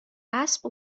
اسب